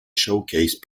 showcase